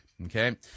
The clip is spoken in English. Okay